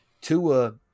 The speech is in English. Tua